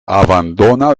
abandona